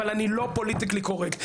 אבל אני לא פוליטיקלי קורקט.